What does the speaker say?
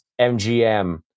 MGM